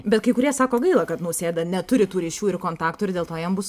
bet kai kurie sako gaila kad nausėda neturi tų ryšių ir kontaktų ir dėl to jam bus